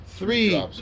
Three